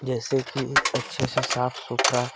जैसे कि अच्छे से साफ सुथरा